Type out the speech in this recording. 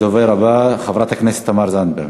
הדובר הבא, חברת הכנסת תמר זנדברג.